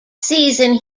season